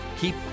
keep